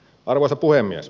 arvoisa puhemies